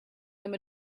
them